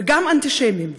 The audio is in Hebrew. וגם אנטישמים,